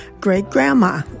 great-grandma